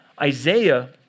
Isaiah